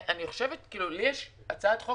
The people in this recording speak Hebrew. יש לי הצעת חוק